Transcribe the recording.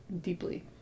deeply